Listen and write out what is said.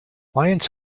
lions